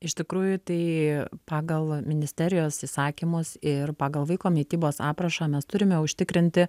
iš tikrųjų tai pagal ministerijos įsakymus ir pagal vaiko mitybos aprašą mes turime užtikrinti